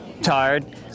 tired